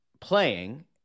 playing